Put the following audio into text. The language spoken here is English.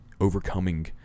overcoming